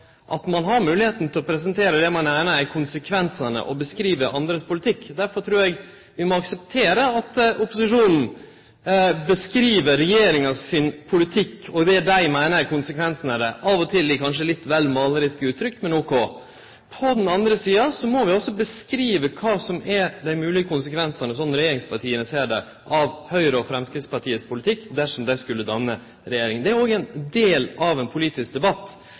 at ein har moglegheita til å presentere det ein meiner er konsekvensane, og å beskrive andres politikk. Difor trur eg vi må akseptere at opposisjonen beskriv regjeringa sin politikk og det som dei meiner er konsekvensane av han – av og til kanskje litt vel målarisk uttrykt, men ok! På den andre sida må vi altså beskrive kva som er dei moglege konsekvensane slik som regjeringspartia ser det, av Høgre og Framstegspartiet sin politikk dersom dei skulle danne regjering. Det er òg ein del av ein politisk debatt.